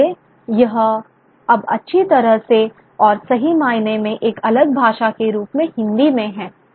इसलिए यह अब अच्छी तरह से और सही मायने में एक अलग भाषा के रूप में हिंदी में है